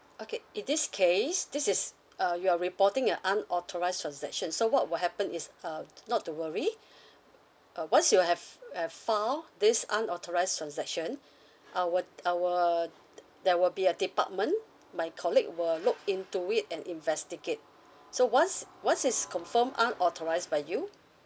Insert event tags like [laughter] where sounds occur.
okay in this case this is uh you are reporting a unauthorised transaction so what will happen is uh not to worry uh once you have have file this unauthorised transaction our our [noise] there will be a department my colleague will look into it and investigate so once once is confirmed unauthorised by you